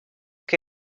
que